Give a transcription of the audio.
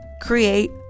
create